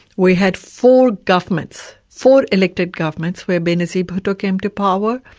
we had four governments, four elected governments where benazir bhutto came to power,